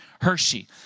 Hershey